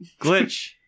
Glitch